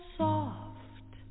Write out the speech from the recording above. soft